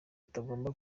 atagomba